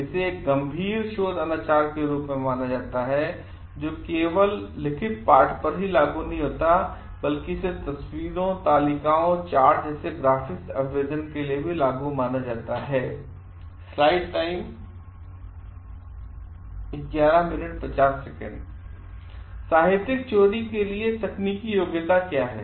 इसे एक गंभीर शोध अनाचार के रूप में माना जाता है जो यह केवल लिखित पाठ पर ही लागू नहीं होता बल्कि इसे तस्वीरों तालिकाओं और चार्ट जैसे ग्राफिक्स अभ्यावेदन के लिए भी लागू माना जाता है साहित्यिक चोरी के लिए तकनीकी योग्यता क्या है